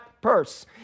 purse